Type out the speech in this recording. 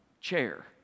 chair